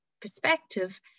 perspective